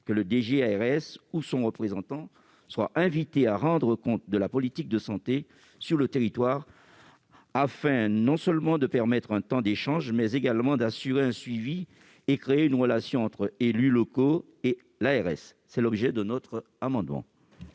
de l'ARS, ou son représentant, soit invité à rendre compte de la politique de santé sur le territoire, afin non seulement de permettre un temps d'échange, mais également d'assurer un suivi et de créer une relation entre les élus locaux et l'ARS. Quel est l'avis de la commission